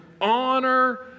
honor